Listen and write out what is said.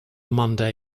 monday